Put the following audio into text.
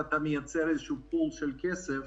אתה מייצר איזשהו מאגר של כסף,